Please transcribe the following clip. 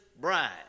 bride